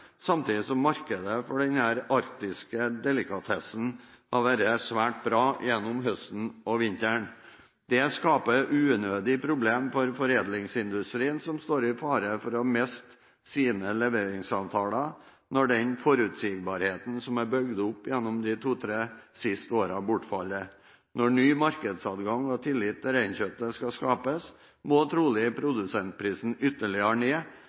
samtidig som markedet for denne arktiske delikatessen har vært svært bra gjennom høsten og vinteren. Det skaper unødige problemer for foredlingsindustrien, som står i fare for å miste sine leveringsavtaler når den forutsigbarheten som er bygd opp gjennom de to–tre siste årene, bortfaller. Når ny markedsadgang og tillit til reinkjøttet skal skapes, må trolig produsentprisen ytterligere ned,